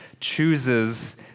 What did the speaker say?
chooses